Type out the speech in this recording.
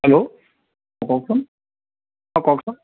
hello কওকচোন অঁ কওকচোন